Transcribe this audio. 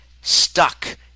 stuck